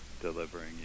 delivering